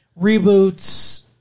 Reboots